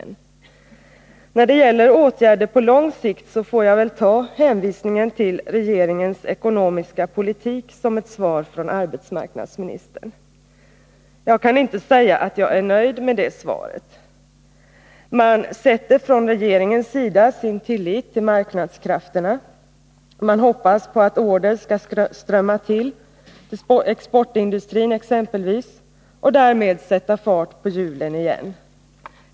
När det gäller åtgärder på lång sikt får jag väl ta hänvisningen till regeringens ekonomiska politik som ett svar från arbetsmarknadsministern. Jag kan inte säga att jag är nöjd med det svaret. Man sätter från regeringens sida sin tillit till marknadskrafterna. Man hoppas på att order skall strömma exempelvis till exportindustrin och därmed sätta fart på hjulen igen.